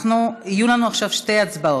יהיו לנו עכשיו שתי הצבעות: